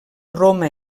roma